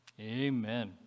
Amen